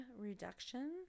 reduction